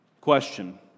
question